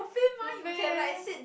buffet